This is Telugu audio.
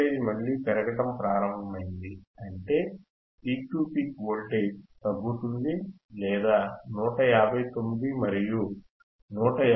వోల్టేజ్ మళ్ళీ పెరగడం ప్రారంభమైంది అంటే పీక్ టు పీక్ వోల్టేజ్ తగ్గుతుంది లేదా 159 మరియు 1